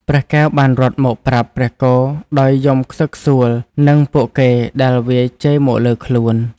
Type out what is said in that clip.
ព្រះកែវបានរត់មកប្រាប់ព្រះគោដោយយំខ្សឹកខ្សួលនឹងពួកគេដែលវាយជេរមកលើខ្លួន ។